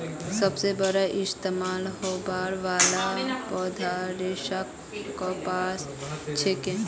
सबस बेसी इस्तमाल होबार वाला पौधार रेशा कपास छिके